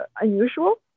unusual